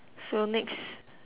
so next